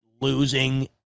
losing